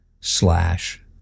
slash